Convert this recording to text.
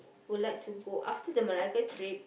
would like to go after the Malacca trip